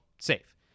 safe